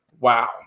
wow